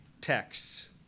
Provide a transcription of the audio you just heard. texts